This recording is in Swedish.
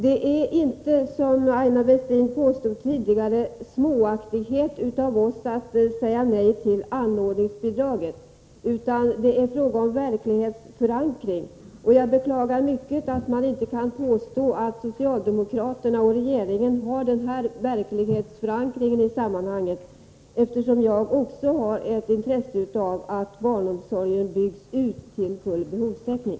Det är inte, som Aina Westin tidigare påstod, småaktighet från vår sida som gör att vi säger nej till anordningsbidraget, utan det är fråga om en verklighetsförankring. Jag beklagar mycket att man inte kan påstå att den socialdemokratiska regeringen har denna verklighetsförankring. Också jag har nämligen ett intresse av att barnomsorgen byggs ut till full behovstäckning.